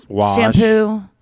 shampoo